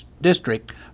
District